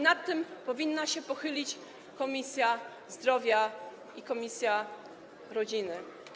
Nad tym powinny się pochylić Komisja Zdrowia i komisja rodziny.